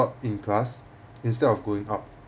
taught in class instead of going out